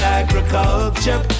agriculture